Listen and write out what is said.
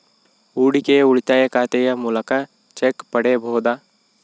ಹೂಡಿಕೆಯ ಉಳಿತಾಯ ಖಾತೆಯ ಮೂಲಕ ಚೆಕ್ ಪಡೆಯಬಹುದಾ?